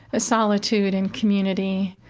solitude and community.